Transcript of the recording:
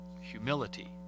humility